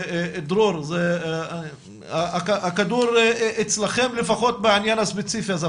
ודרור הכדור אצלכם לפחות בעניין הספציפי הזה.